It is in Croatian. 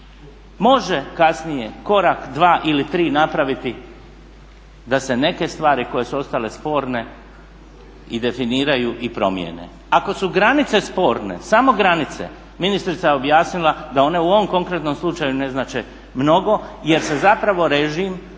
može kasnije korak-dva ili tri napraviti da se neke stvari koje su ostale sporne i definiraju i promijene. Ako su granice sporne, samo granice, ministrica je objasnila da one u ovom konkretnom slučaju ne znače mnogo jer se zapravo režim